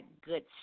good